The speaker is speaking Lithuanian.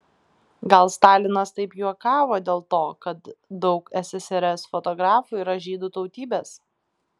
gal stalinas taip juokavo dėl to kad daug ssrs fotografų yra žydų tautybės